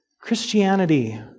Christianity